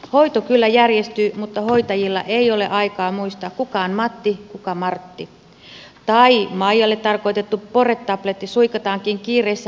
hoito kyllä järjestyy mutta hoitajilla ei ole aikaa muistaa kuka on matti kuka on martti tai maijalle tarkoitettu poretabletti suikataankin kiireessä elman suuhun